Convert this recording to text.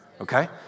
Okay